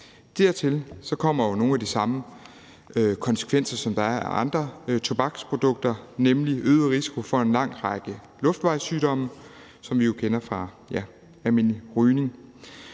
Dertil kommer jo nogle af de samme konsekvenser, som der er af andre tobaksprodukter, nemlig øget risiko for en lang række luftvejssygdomme, som vi jo kender fra almindelig rygning.